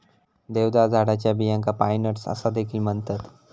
देवदार झाडाच्या बियांका पाईन नट्स असा देखील म्हणतत